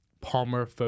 Palmer